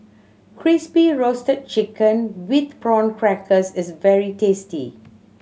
Crispy Roasted Chicken with Prawn Crackers is very tasty